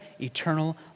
eternal